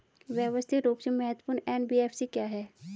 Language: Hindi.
व्यवस्थित रूप से महत्वपूर्ण एन.बी.एफ.सी क्या हैं?